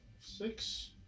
Six